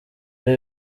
ari